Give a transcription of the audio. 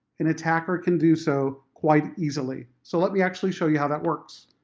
an attacker can do so quite easily. so let me actually show you how that works.